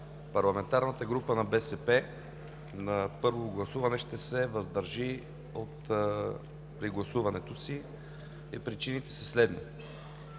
парламентарната група на БСП на първо гласуване ще се въздържи при гласуването си. Причините са следните: